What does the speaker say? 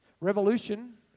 Revolution